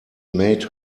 made